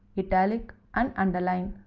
italic and underline.